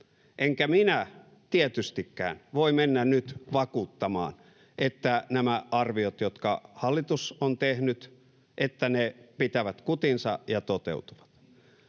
enkä minä tietystikään voi mennä nyt vakuuttamaan, että nämä arviot, jotka hallitus on tehnyt, pitävät kutinsa ja toteutuvat.